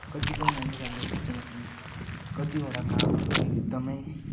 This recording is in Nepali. कतिपय मानिसहरूले सोच्छन् कि कतिवटा कामहरू एकदमै